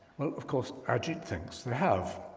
of course, ajit thinks they have.